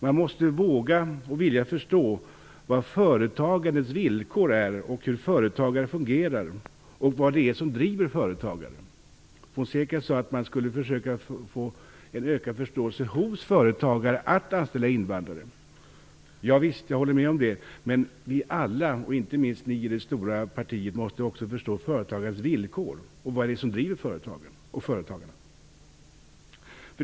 Man måste våga och vilja förstå vad företagandets villkor är, hur företagare fungerar och vad det är som driver företagare. Juan Fonseca sade att man skulle försöka få en ökad förståelse hos företagare att anställa invandrare. Jag håller med om det. Men vi alla, och inte minst ni i det stora partiet, måste också förstå företagarens villkor och vad det är som driver företagen och företagarna.